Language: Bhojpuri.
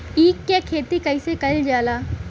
ईख क खेती कइसे कइल जाला?